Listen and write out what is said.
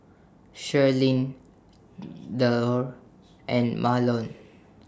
Shirlene Thedore and Mahlon